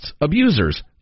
Abusers